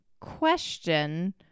question